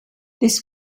this